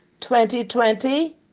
2020